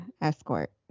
escort